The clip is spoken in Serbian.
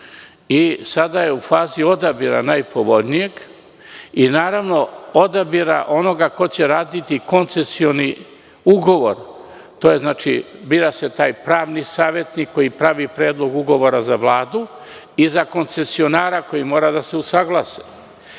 i sada je u fazi odabira najpovoljnijeg i, naravno, odabira onog ko će raditi koncesioni ugovor. Bira se pravni savetnik koji pravi predlog ugovora za Vladu i za koncesionara koji mora da se usaglasi.